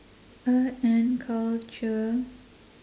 art and culture